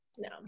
No